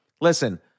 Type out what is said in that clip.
listen